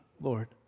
Lord